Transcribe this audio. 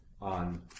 on